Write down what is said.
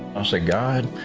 said, god,